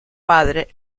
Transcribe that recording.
padre